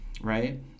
Right